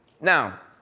Now